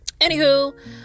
Anywho